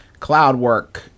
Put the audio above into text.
Cloudwork